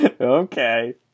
Okay